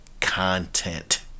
content